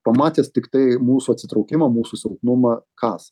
pamatęs tiktai mūsų atsitraukimą mūsų silpnumą kąs